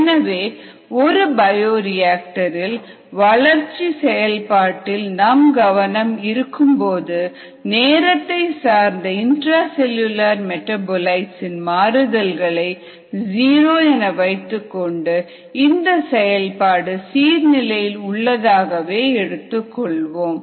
எனவே ஒரு பயோரியாக்டரில் வளர்ச்சி செயல்பாட்டில் நம் கவனம் இருக்கும் போது நேரத்தை சார்ந்த இந்ட்ரா செல்லுலார் மெடாபோலிட்ஸ் இன் மாறுதல்களை ஜீரோ என வைத்துக்கொண்டு இந்த செயல்பாடு சீர் நிலையில் உள்ளதாக எடுத்துக்கொள்வோம்